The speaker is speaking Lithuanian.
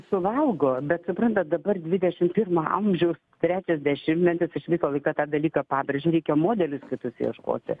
suvalgo bet suprantat dabar dvidešim pirmo amžiaus trečias dešimtmetis aš visą laiką tą dalyką pabrėžiu reikia modelius kitus ieškoti